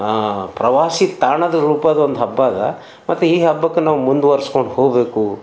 ಪ್ರವಾಸಿ ತಾಣದ ರೂಪದ ಒಂದು ಹಬ್ಬದ ಮತ್ತು ಈ ಹಬ್ಬಕ್ಕೆ ನಾವು ಮುಂದುವರ್ಸ್ಕೊಂಡು ಹೋಬೇಕು